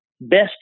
best